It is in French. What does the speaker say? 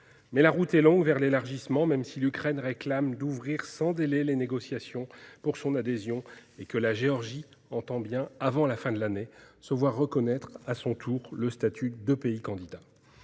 la route est longue vers l'élargissement, même si l'Ukraine réclame d'ouvrir sans délai les négociations pour son adhésion et que la Géorgie entend bien, avant la fin de l'année, se voir reconnaître à son tour le statut de pays candidat.